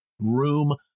Room